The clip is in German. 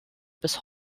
bis